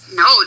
no